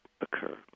occur